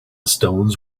stones